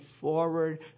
forward